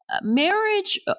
marriage